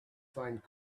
find